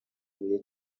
huye